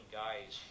guys